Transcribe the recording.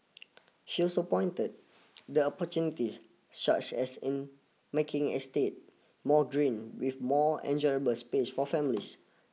she also pointed the opportunities such as in making estate more green with more enjoyable space for families